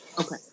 Okay